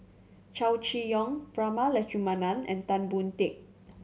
Chow Chee Yong Prema Letchumanan and Tan Boon Teik